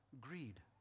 greed